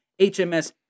HMS